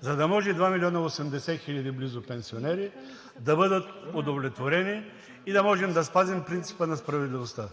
за да може 2 млн. 80 хил. близо пенсионери да бъдат удовлетворени и да можем да спазим принципа на справедливостта?